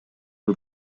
эле